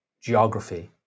geography